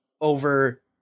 over